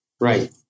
Right